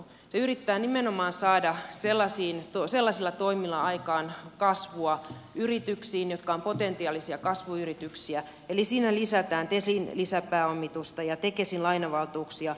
se yrittää nimenomaan saada sellaisilla toimilla aikaan kasvua yrityksiin jotka ovat potentiaalisia kasvuyrityksiä eli siinä lisätään tesin lisäpääomitusta ja korotetaan tekesin lainavaltuuksia